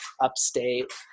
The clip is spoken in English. upstate